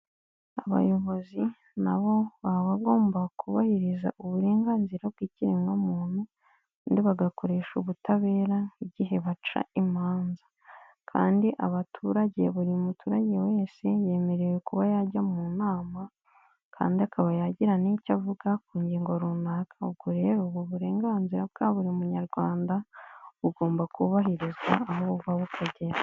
Abayobozi nabo babagomba kubahiriza uburenganzira bw'ikiremwamuntu kandi bagakoresha ubutabera igihe baca imanza kandi buri muturage wese yemerewe kuba yajya mu nama kandi akaba yagira n'icyo avuga ku ngingo runaka. Ubwo rero ubu burenganzira bwa buri munyarwanda bugomba kubahirizwa aho buva bukagera.